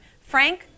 Frank